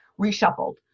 reshuffled